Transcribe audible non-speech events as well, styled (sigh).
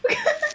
(laughs)